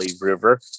River